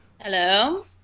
Hello